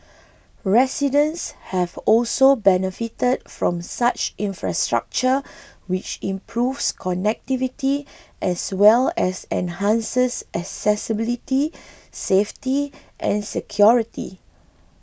residents have also benefited from such infrastructure which improves connectivity as well as enhances accessibility safety and security